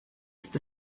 ist